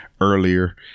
earlier